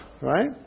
right